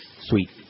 Sweet